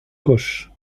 gauche